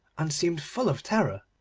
and seemed full of terror.